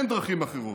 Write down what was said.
אין דרכים אחרות.